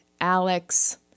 Alex